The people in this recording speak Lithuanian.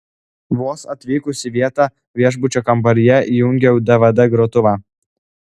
vos atvykusi į vietą viešbučio kambaryje įjungiau dvd grotuvą